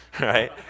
right